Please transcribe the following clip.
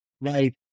right